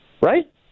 right